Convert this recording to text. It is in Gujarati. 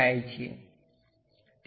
તેથી ત્યાં નીચે બંધ હોવું જોઈએ